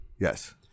Yes